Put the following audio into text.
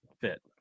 fit